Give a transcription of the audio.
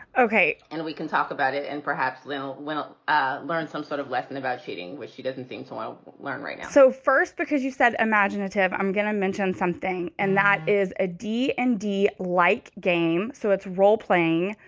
ok. and we can talk about it. and perhaps lill will ah learn some sort of lesson about cheating, which she doesn't think to learn right. so first, because you said imaginative, i'm going to mention something and that is a d and d like game. so it's role playing,